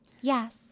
Yes